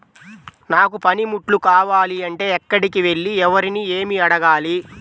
నాకు పనిముట్లు కావాలి అంటే ఎక్కడికి వెళ్లి ఎవరిని ఏమి అడగాలి?